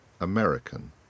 American